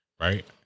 Right